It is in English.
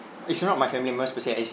it's not my family members per se is